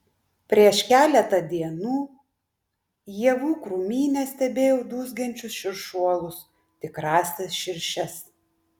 prieš keletą dienų ievų krūmyne stebėjau dūzgiančius širšuolus tikrąsias širšes